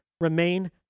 remain